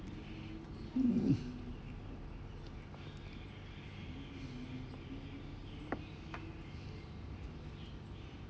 mm